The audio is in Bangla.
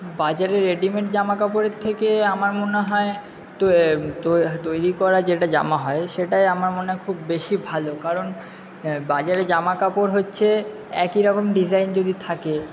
বাজারে রেডিমেড জামা কাপড়ের থেকে আমার মনে হয় তৈরি করা যেটা জামা হয় সেটাই আমার মনে হয় খুব বেশি ভালো কারণ বাজারে জামা কাপড় হচ্চে একই রকম ডিজাইন যদি থাকে